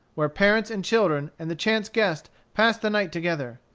where parents and children and the chance guest passed the night together.